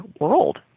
world